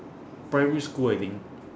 primary school I think